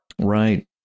right